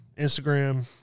Instagram